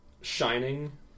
Shining